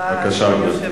בבקשה, גברתי.